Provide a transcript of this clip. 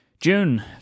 June